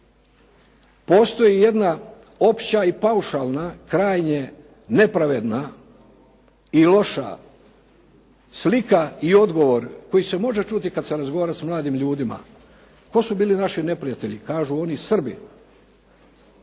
Postoji jedna opća i paušalna, krajnje nepravedna i loša slika i odgovor koji se može čuti kad se razgovara s mladim ljudima. Tko su bili naši neprijatelji, kažu oni Srbi.